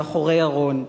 מאחורי ארון.